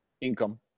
income